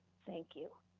thank you.